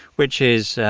which is,